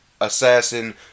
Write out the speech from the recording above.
assassin